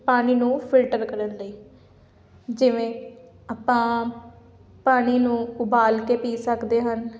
ਪਾਣੀ ਨੂੰ ਫਿਲਟਰ ਕਰਨ ਲਈ ਜਿਵੇਂ ਆਪਾਂ ਪਾਣੀ ਨੂੰ ਉਬਾਲ ਕੇ ਪੀ ਸਕਦੇ ਹਨ